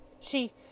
She—